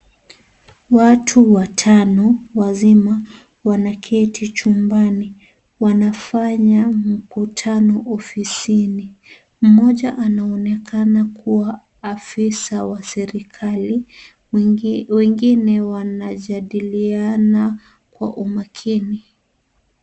Watu watano wazima wanaketi chumbani. Wanafanya mkutano ofisini. Mmoja anaonekana kuwa afisa wa serikali wengine wanajadiliana kwa umakini.